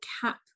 cap